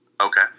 Okay